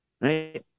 right